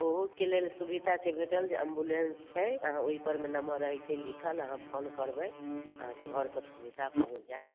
ओहोके लेल सुविधा छै भेटल जे एम्बुलेंस छै ओहि परमे नम्बर रहैत छै लिखल अहाँ फोन करबै अहाँकेँ घर पर सुविधा पहुँच जायत